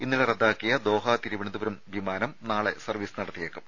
ഇന്നലെ റദ്ദാക്കിയ ദോഹ തിരുവനന്തപുരം വിമാനം നാളെ സർവ്വീസ് നടത്തിയേക്കും